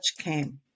came